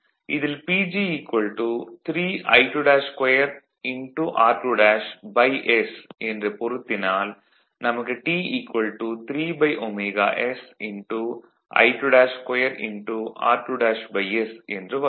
இதில் PG 3I22 r2s என்று பொருத்தினால் நமக்கு T 3ωsI22r2s என்று வரும்